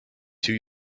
two